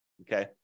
okay